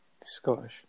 Scottish